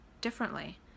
differently